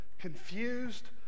confused